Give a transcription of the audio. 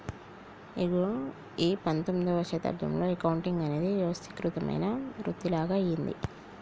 ఇగో ఈ పందొమ్మిదవ శతాబ్దంలో అకౌంటింగ్ అనేది వ్యవస్థీకృతమైన వృతిలాగ అయ్యింది